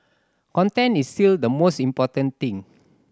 content is still the most important thing